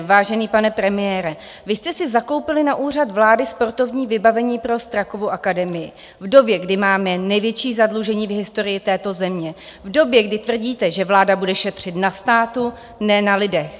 Vážený pane premiére, vy jste si zakoupili na Úřad vlády sportovní vybavení pro Strakovu akademii v době, kdy máme největší zadlužení v historii této země, v době, kdy tvrdíte, že vláda bude šetřit na státu, ne na lidech.